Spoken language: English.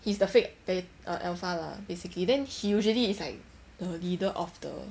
he's the fake be~ err alpha lah basically then he usually is like the leader of the